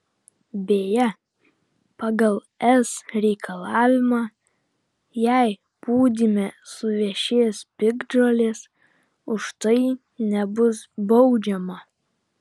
beje pagal es reikalavimą jei pūdyme suvešės piktžolės už tai nebus baudžiama